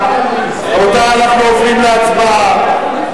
רבותי, אנחנו עוברים להצבעה.